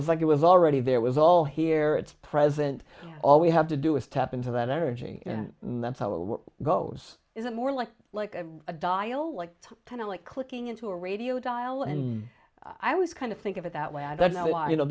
was like it was already there was all here it's present all we have to do is tap into that energy and that's how it goes is more like like a dial like kind of like clicking into a radio dial and i was kind of think of it that way i don't know why you know